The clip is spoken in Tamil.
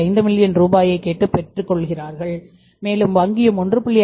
5 மில்லியன் ரூபாயைக் கேட்டுப் பெற்றுக் கொள்கிறார்கள் மேலும் வங்கியும்1